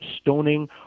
stoning